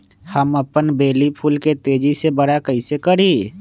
हम अपन बेली फुल के तेज़ी से बरा कईसे करी?